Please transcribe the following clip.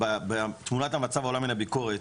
"בתמונת המצב העולה מהביקורת,